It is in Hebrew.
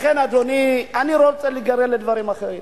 לכן, אדוני, אני לא רוצה להיגרר לדברים אחרים.